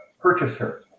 purchaser